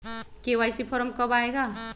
KYC form कब आए गा?